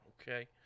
Okay